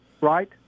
right